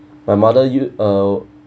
my mother you uh